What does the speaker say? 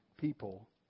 people